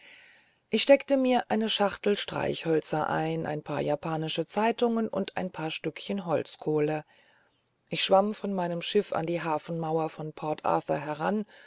ich steckte mir eine schachtel streichhölzer ein ein paar japanische zeitungen und ein paar stückchen holzkohle ich schwamm von meinem schiff an die hafenmauer von port arthur heran